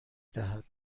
دهد